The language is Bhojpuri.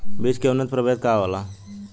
बीज के उन्नत प्रभेद का होला?